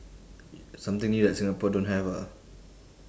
something new that singapore don't have ah